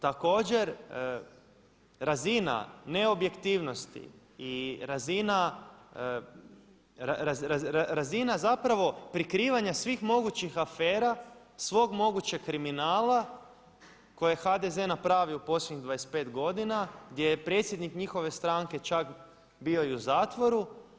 Također, razina neobjektivnosti i razina zapravo prikrivanja svih mogućih afera, svog mogućeg kriminala koje je HDZ napravio u posljednjih 25 godina, gdje je predsjednik njihove stranke čak bio i u zatvoru.